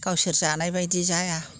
गावसोर जानाय बायदि जाया